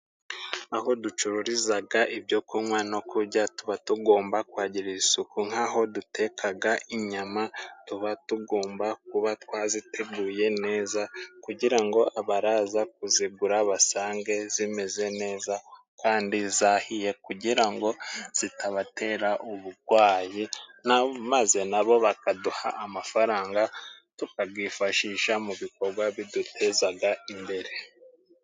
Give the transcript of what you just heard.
Aho ducururizaga ibyo kunywa no kujya tuba tugomba kuhagirira isuku, nk'aho dutekaga inyama tuba tugomba kuba twaziteguye neza, kugira ngo abaraza kuzigura basange zimeze neza kandi zahiye, kugira ngo zitabatera ubugwayi, maze na bo bakaduha amafaranga tukagifashishaga mu bikogwa bidutezaga imbere.